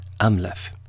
Amleth